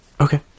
Okay